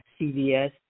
CVS